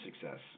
success